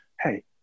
hey